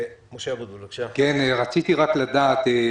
רציתי לדעת,